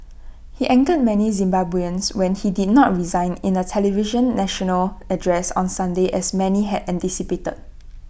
he angered many Zimbabweans when he did not resign in A televised national address on Sunday as many had anticipated